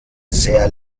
sehr